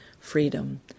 freedom